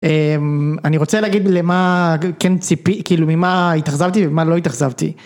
אני רוצה להגיד ממה התאכזבתי וממה לא התאכזבתי.